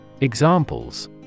Examples